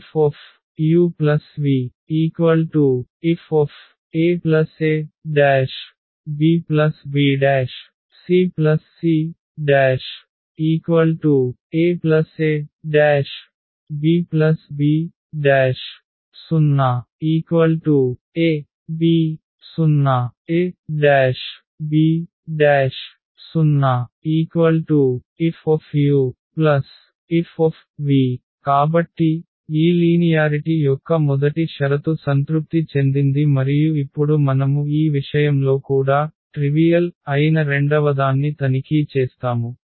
FuvFaabbcc aabb0 ab0ab0 FuF కాబట్టి ఈ linearity యొక్క మొదటి షరతు సంతృప్తి చెందింది మరియు ఇప్పుడు మనము ఈ విషయంలో కూడా చిన్నవిషయం అయిన రెండవదాన్ని తనిఖీ చేస్తాము